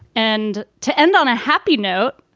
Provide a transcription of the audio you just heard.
and to end on a happy note.